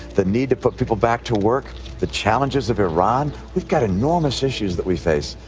the need to put people back to work the challenges of iran? we've got enormous issues that we face.